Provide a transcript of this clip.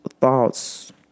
thoughts